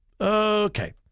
Okay